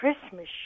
Christmas